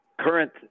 current